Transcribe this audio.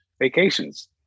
vacations